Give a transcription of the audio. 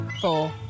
four